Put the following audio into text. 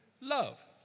Love